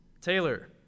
Taylor